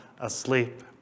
asleep